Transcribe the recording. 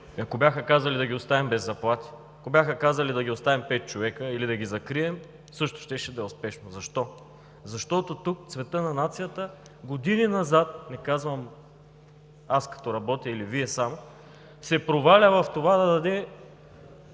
ако бяха казали: да ги оставим без заплати, да ги оставим пет човека или да ги закрием, също щеше да е успешно. Защо? Защото тук цветът на нацията години назад – не казвам аз като работя или Вие само, се проваля в това да даде